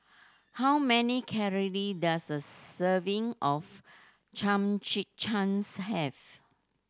how many calory does a serving of Chimichangas have